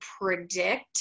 predict